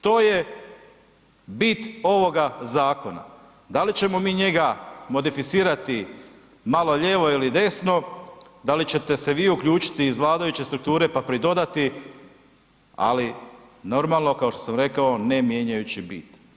To je bit ovoga zakona, da li ćemo mi njega modificirati malo lijevo ili desno, da li ćete se vi uključiti iz vladajuće strukture, pa pridodati, ali normalno, kao što sam rekao, ne mijenjajući bit.